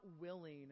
willing